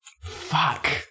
Fuck